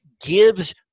gives